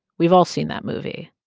we've all seen that movie